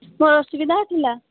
ମୋର ଅସୁବିଧା ଥିଲା